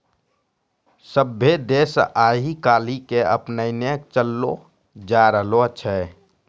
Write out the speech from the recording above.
सभ्भे देश आइ काल्हि के अपनैने चललो जाय रहलो छै